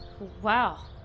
Wow